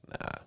Nah